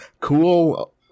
cool